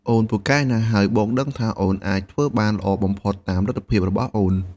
អូនពូកែណាស់ ហើយបងដឹងថាអូនអាចធ្វើបានល្អបំផុតតាមលទ្ធភាពរបស់អូន។